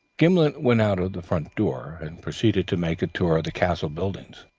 gimblet went out of the front door, and proceeded to make a tour of the castle buildings.